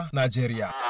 nigeria